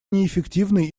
неэффективной